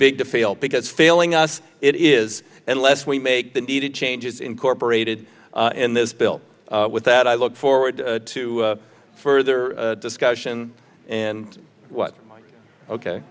big to fail because failing us it is unless we make the needed changes incorporated in this bill with that i look forward to further discussion and what ok